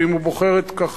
ואם הוא בוחר את כחלון,